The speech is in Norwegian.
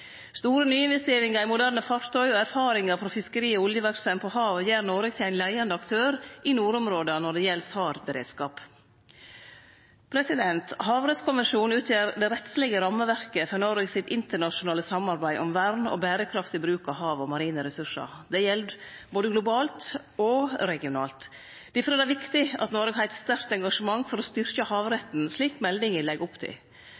Store nyinvesteringar i moderne fartøy og erfaringar frå fiskeri- og oljeverksemd på havet gjer Noreg til ein leiande aktør i nordområda når det gjeld SAR-beredskap. Havrettskonvensjonen utgjer det rettslege rammeverket for Noreg sitt internasjonale samarbeid om vern og berekraftig bruk av hav- og marine ressursar. Det gjeld både globalt og regionalt. Difor er det viktig at Noreg har eit sterkt engasjement for å styrkje havretten, slik meldinga legg opp til.